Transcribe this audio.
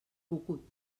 cucut